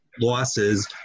losses